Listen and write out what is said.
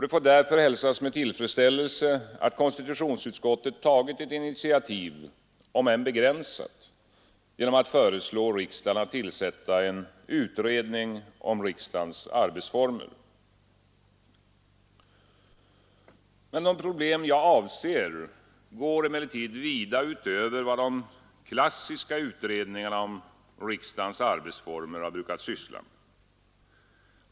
Det får därför hälsas med tillfredsställelse att konstitutionsutskottet tagit ett initiativ, om än begränsat, genom att föreslå riksdagen att tillsätta en utredning om riksdagens arbetsformer. De problem jag avser går emellertid vida utöver vad de ”klassiska” utredningarna om riksdagens arbetsformer brukat syssla med.